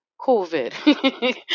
COVID